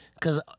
cause